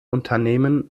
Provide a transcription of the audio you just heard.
unternehmen